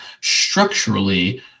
structurally